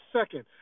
second